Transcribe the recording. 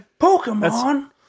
Pokemon